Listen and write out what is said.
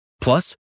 Plus